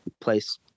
Place